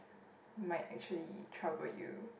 might actually trouble you